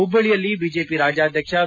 ಹುಬ್ಬಳ್ಳಿಯಲ್ಲಿ ಬಿಜೆಪಿ ರಾಜ್ಯಾಧಕ್ಷ ಬಿ